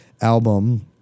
album